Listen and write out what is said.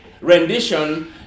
rendition